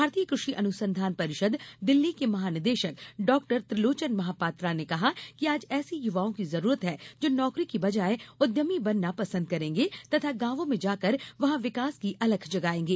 भारतीय कृषि अनुसंधान परिषद दिल्ली के महानिदेशक डॉ त्रिलोचन महापात्रा ने कहा कि आज ऐसे युवाओं की जरूरत है जो नौकरी की बजाय उद्यमी बनना पसंद करेंगे तथा गांवों में जाकर वहां विकास की अलख जगाएंगे